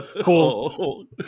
Cool